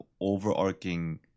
overarching